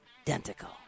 Identical